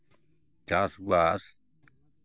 ᱪᱟᱥᱼᱵᱟᱥ